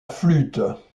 flûte